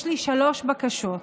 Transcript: יש לי שלוש בקשות: